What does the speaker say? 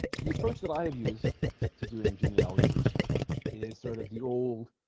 the approach that i have used to doing genealogy research is sort of the old